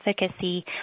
efficacy